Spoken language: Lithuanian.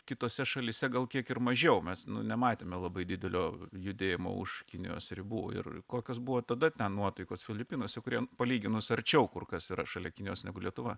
kitose šalyse gal kiek ir mažiau mes nematėme labai didelio judėjimo už kinijos ribų ir kokios buvo tada ten nuotaikos filipinuose kurie palyginus arčiau kur kas yra šalia kinijos negu lietuva